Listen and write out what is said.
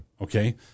Okay